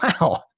wow